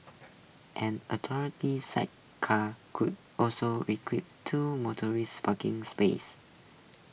an alternately sidecar could also require two motor sparking spaces